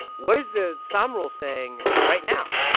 what is the sahm rule saying right now?